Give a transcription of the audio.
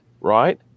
right